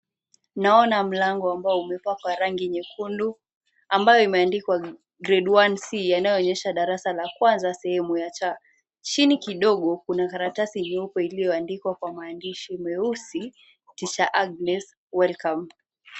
Naona mlango ambao umepakwa rangi nyekundu, ambayo imeandikwa Grade 1c inayoonesha darasa la kwanza sehemu ya cha, chini kidogo kuna karatasi nyeupe iliyoandikwa kwa maandishi meusi Teacher Agnes Welcome .